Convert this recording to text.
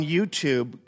YouTube